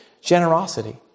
generosity